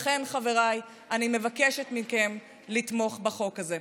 לכן, חבריי, אני מבקשת מכם לתמוך בחוק הזה.